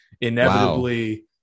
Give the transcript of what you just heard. inevitably